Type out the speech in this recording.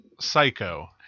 psycho